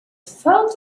felt